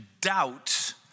doubt